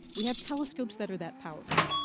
we have telescopes that are that powerful.